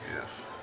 Yes